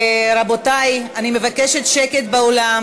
רבותי, אני מבקשת שקט באולם.